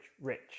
rich